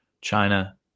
China